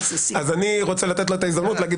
אז אני רוצה לתת לו את ההזדמנות להגיד